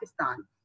Pakistan